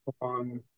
on